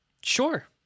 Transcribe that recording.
Sure